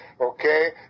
Okay